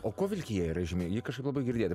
o kuo vilkija yra įžymi ji kažkaip labai girdėta